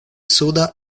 suda